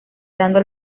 dando